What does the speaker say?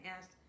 asked